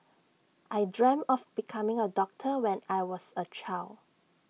I dreamt of becoming A doctor when I was A child